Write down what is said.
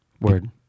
Word